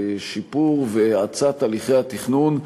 בשיפור והאצה של הליכי התכנון,